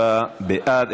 34 בעד,